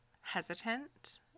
hesitant